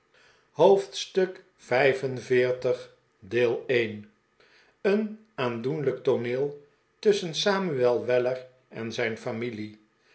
hoofdstuk xlv fen aandoenlijk tooneel tusschen samuel weller en zijn familie